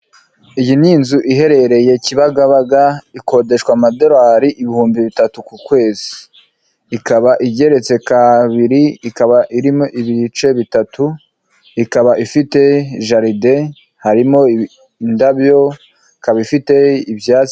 Iyi ni inzu iherereye Kibagabaga ikodeshwa amadorari ibihumbi bitatu ku kwezi, ikaba igeretse kabiri, ikaba irimo ibice bitatu, ikaba ifite jaride harimo indabyo, ikaba ifite ibyatsi